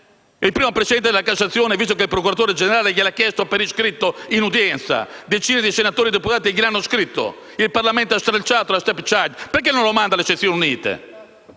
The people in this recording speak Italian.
il primo presidente della Cassazione, visto che il procuratore generale glielo ha chiesto per iscritto in udienza, decine di senatori e deputati lo hanno scritto e il Parlamento ha stralciato la *stepchild adoption*, non demanda la decisione